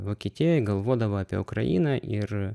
vokietijoj galvodavo apie ukrainą ir